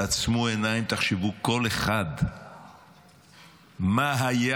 תעצמו עיניים, תחשבו, כל אחד, מה היה